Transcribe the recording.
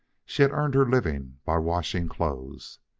she had earned her living by washing clothes.